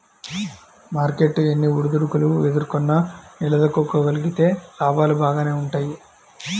market ఎన్ని ఒడిదుడుకులు ఎదుర్కొన్నా నిలదొక్కుకోగలిగితే లాభాలు బాగానే వుంటయ్యి